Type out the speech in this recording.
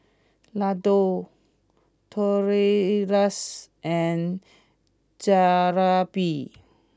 Ladoo Tortillas and Jalebi